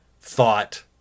thought